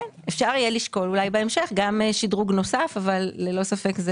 אפשר יהיה לשקול אולי גם בהמשך שדרוג נוסף אבל ללא ספק,